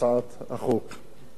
ואני לא רוצה לתקוף את הממשלה,